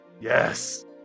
Yes